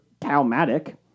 Calmatic